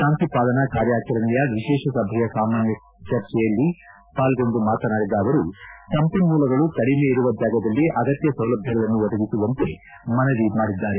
ಶಾಂತಿ ಪಾಲನಾ ಕಾರ್ಯಾಚರಣೆಯ ವಿಶೇಷ ಸಭೆಯ ಸಾಮಾನ್ದ ಚರ್ಚೆಯಲ್ಲಿ ಪಾಲ್ಗೊಂಡು ಮಾತನಾಡಿದ ಅವರು ಸಂಪನ್ನೂಲಗಳು ಕಡಿಮೆ ಇರುವ ಜಾಗದಲ್ಲಿ ಅಗತ್ಯ ಸೌಲಭ್ವಗಳನ್ನು ಒದಗಿಸುವಂತೆ ಮನವಿ ಮಾಡಿದ್ದಾರೆ